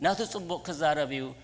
not just a little cause out of you